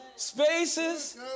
spaces